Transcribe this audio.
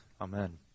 Amen